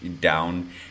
down